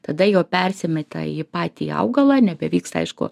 tada jo persimeta į patį augalą nebevyksta aišku